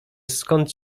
skąd